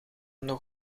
nog